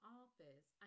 office